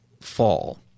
fall